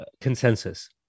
consensus